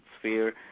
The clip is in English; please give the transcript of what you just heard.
sphere